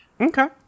Okay